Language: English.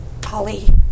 Polly